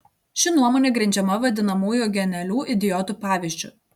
ši nuomonė grindžiama vadinamųjų genialių idiotų pavyzdžiu